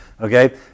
okay